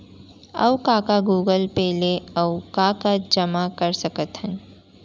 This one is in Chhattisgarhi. अऊ का का गूगल पे ले अऊ का का जामा कर सकथन?